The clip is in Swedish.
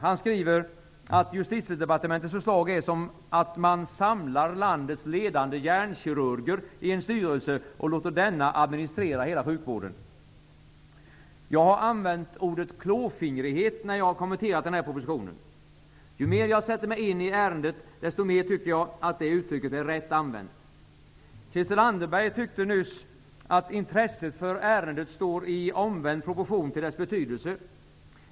Han skriver att Justitiedepartementets förslag är som att ''man samlar landets ledande hjärnkirurger i en styrelse och låter denna administrera hela sjukvården''. Jag har använt ordet klåfingrighet när jag kommenterat den här propositionen. Ju mer jag sätter mig in i ärendet, desto mer tycker jag att det uttrycket är rätt använt. Christel Anderberg tyckte nyss att intresset för ärendet står i omvänd proportion till dess betydelse.